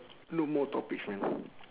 look more topics man